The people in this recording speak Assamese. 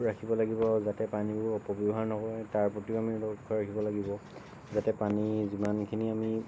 ৰাখিব লাগিব যাতে পানীবোৰ অপব্য়ৱহাৰ নহয় তাৰ প্ৰতিও আমি লক্ষ্য় ৰাখিব লাগিব যাতে পানী যিমানখিনি আমি